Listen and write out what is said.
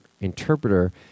interpreter